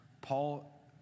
Paul